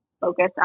focus